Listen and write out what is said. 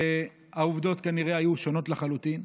והעובדות כנראה היו שונות לחלוטין.